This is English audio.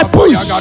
push